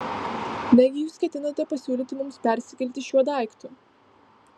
negi jūs ketinate pasiūlyti mums persikelti šiuo daiktu